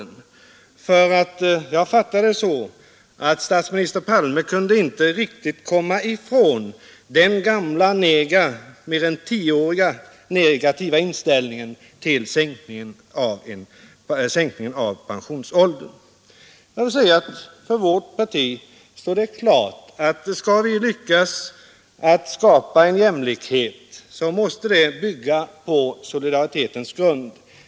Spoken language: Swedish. Jag fattade det så att statsminister Palme inte riktigt kunde komma ifrån den gamla mer än tioåriga negativa inställningen till en sänkning av pensionsåldern. För vårt parti står det klart att skall vi lyckas skapa en jämlikhet, måste den bygga på solidaritetens grund.